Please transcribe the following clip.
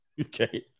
Okay